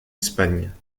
espagne